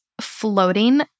floating